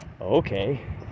okay